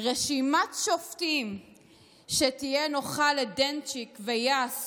רשימת שופטים שתהיה נוחה לדנצ'יק ויאס